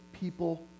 people